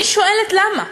אני שואלת: למה?